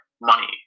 money